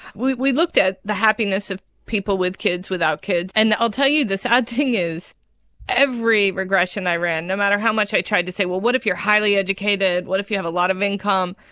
we we looked at the happiness of people with kids, without kids. and i'll tell you the sad thing is every regression i ran, no matter how much i tried to say, well, what if you're highly educated, what if you have a lot of income,